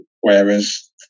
whereas